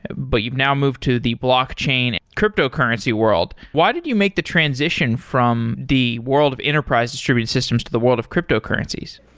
but you've now moved to the blockchain cryptocurrency world. why did you make the transition from the world of enterprise distributed systems to the world of cryptocurrencies?